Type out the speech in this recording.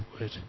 word